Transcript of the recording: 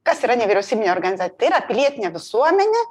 kas yra nevyriausybinė organizacija tai yra pilietinė visuomenė